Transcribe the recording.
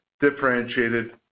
differentiated